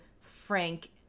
Frank